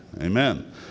Amen